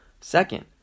Second